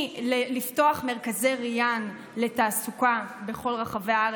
מפתיחה של מרכזי ריאן לתעסוקה בכל רחבי הארץ,